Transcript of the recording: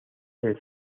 del